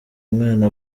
umwana